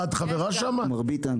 את חברה במועצה?